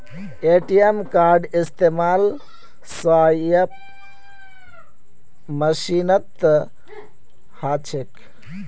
ATM कार्डेर इस्तमाल swipe मशीनत ह छेक